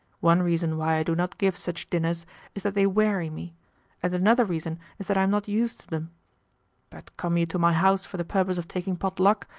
one reason why i do not give such dinners is that they weary me and another reason is that i am not used to them but come you to my house for the purpose of taking pot luck,